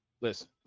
listen